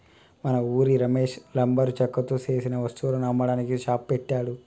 మన ఉరి రమేష్ లంబరు చెక్కతో సేసిన వస్తువులను అమ్మడానికి షాప్ పెట్టాడు